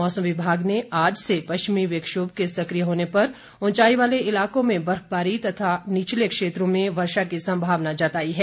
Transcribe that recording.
मौसम विभाग ने आज से पश्चिमी विक्षोभ के सक्रिय होने से उंचाई वाले इलाकों में बर्फबारी तथा निचले क्षेत्रों में वर्षा की संभावना जताई है